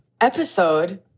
Episode